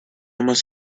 must